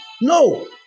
No